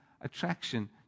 attraction